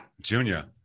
Junior